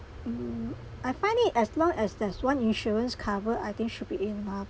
mm I find it as long as there's one insurance cover I think should be enough